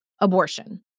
abortion